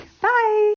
Bye